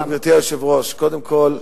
גברתי היושבת-ראש, קודם כול,